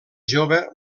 jove